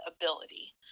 ability